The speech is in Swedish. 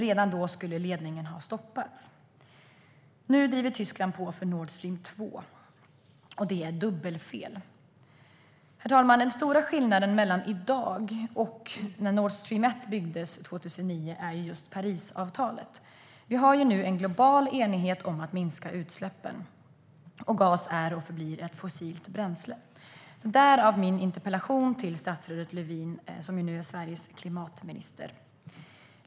Redan då skulle ledningen ha stoppats. Nu driver Tyskland på för Nordstream 2, och det är ett dubbelfel. Herr talman! Den stora skillnaden mellan i dag och när Nordstream 1 byggdes 2009 är just Parisavtalet. Vi har nu en global enighet om att minska utsläppen, och gas är och förblir ett fossilt bränsle. Därav min interpellation till statsrådet Lövin, som nu är Sveriges klimatminister.